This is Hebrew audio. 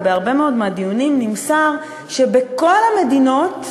ובהרבה מאוד מהדיונים נמסר שבכל המדינות,